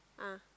ah